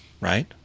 right